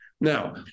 Now